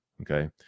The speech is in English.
okay